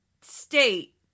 state